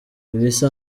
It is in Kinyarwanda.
ibisa